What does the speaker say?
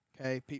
Okay